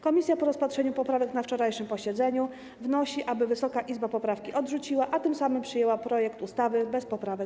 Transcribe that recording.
Komisja po rozpatrzeniu poprawek na wczorajszym posiedzeniu wnosi, aby Wysoka Izba poprawki odrzuciła, a tym samym przyjęła projekt ustawy bez poprawek.